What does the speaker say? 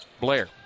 Blair